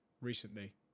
recently